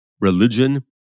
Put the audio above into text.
religion